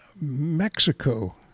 Mexico